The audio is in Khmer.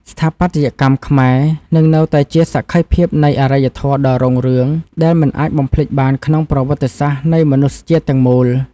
ស្ថាបត្យកម្មខ្មែរនឹងនៅតែជាសក្ខីភាពនៃអរិយធម៌ដ៏រុងរឿងដែលមិនអាចបំភ្លេចបានក្នុងប្រវត្តិសាស្ត្រនៃមនុស្សជាតិទាំងមូល។